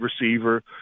receiver